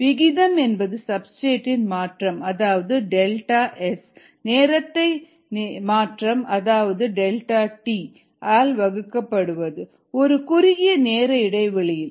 விகிதம் என்பது சப்ஸ்டிரேட் இன் மாற்றம் அதாவது டெல்டா எஸ் delta SS நேரத்தின் மாற்றம் அதாவது டெல்டா டி delta tt ஆல் வகுக்க படுவது ஒரு குறுகிய நேர இடைவெளியில்